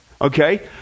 Okay